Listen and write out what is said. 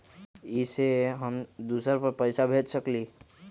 इ सेऐ हम दुसर पर पैसा भेज सकील?